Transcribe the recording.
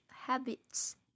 habits